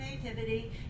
creativity